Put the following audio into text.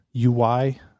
ui